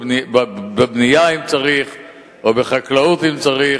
בבנייה אם צריך או בחקלאות אם צריך.